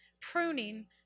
pruning